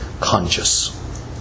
conscious